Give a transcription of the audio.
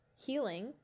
healing